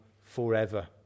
forever